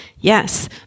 Yes